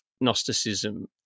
Gnosticism